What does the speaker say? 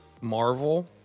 Marvel